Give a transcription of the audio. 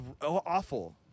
awful